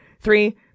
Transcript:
Three